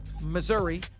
Missouri